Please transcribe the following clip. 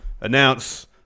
announce